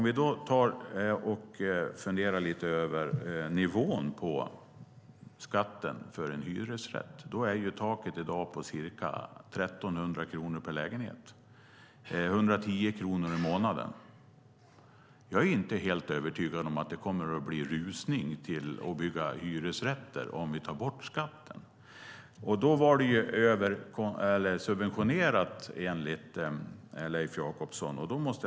Vi kan fundera lite över nivån på skatten för en hyresrätt. Taket är i dag ca 1 300 kronor per lägenhet, 110 kronor i månaden. Jag är inte helt övertygad om att det kommer att bli rusning till att bygga hyresrätter om vi tar bort skatten. Det var enligt Leif Jakobsson subventionerat.